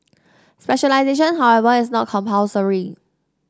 specialisation however is not compulsory